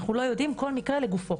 אנחנו לא יודעים, כל מקרה לגופו.